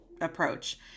approach